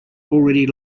already